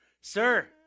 Sir